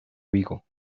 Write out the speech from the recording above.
vigo